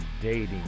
dating